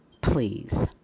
Please